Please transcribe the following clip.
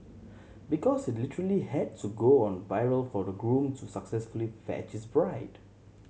because it literally had to go on viral for the groom to successfully 'fetch' his bride